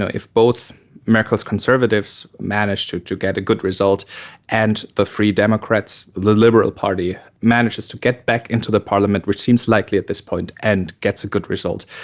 ah if both merkel's conservatives managed to to get a good result and the free democrats, the liberal party, manages to get back into the parliament, which seems likely at this point, and gets a good result,